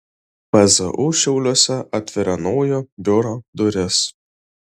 pzu šiauliuose atveria naujo biuro duris